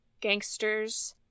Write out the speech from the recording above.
gangsters